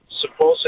supposedly